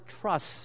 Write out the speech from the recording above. trust